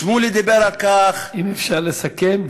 שמולי דיבר על כך, אם אפשר לסכם.